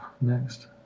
next